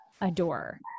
adore